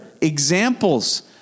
examples